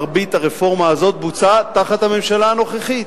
מרבית הרפורמה הזאת בוצעה תחת הממשלה הנוכחית,